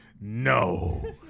No